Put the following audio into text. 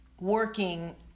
working